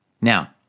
Now